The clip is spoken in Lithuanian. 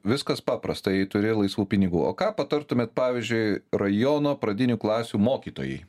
viskas paprasta jei turi laisvų pinigų o ką patartumėt pavyzdžiui rajono pradinių klasių mokytojai